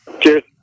Cheers